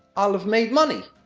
i'll have made money.